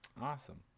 awesome